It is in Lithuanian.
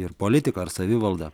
ir politika ar savivalda